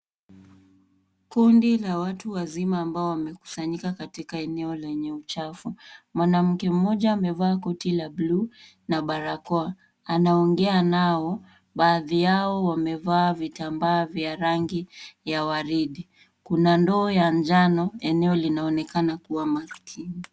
Kundi la watu wazima ambao wamekusanyika katika eneo lenye uchafu. Mwanamke mmoja amevaa koti la buluu na barakoa, anaongea nao. Baadhi yao wamevaa vitambaa vya rangi ya waridi. Kuna ndoo ya njano. Eneo linaonekana kuwa maskini.